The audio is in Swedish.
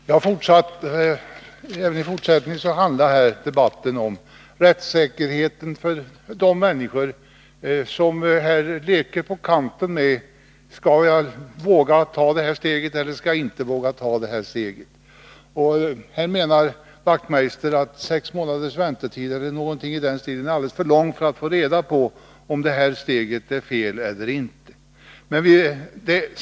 Herr talman! Även i fortsättningen handlar debatten om rättssäkerheten för de människor som här leker med tanken: vågar jag ta detta steg eller vågar jag inte? Knut Wachtmeister menar då att sex månader är alldeles för lång väntetid för att få reda på om detta steg är fel eller inte.